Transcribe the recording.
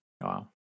wow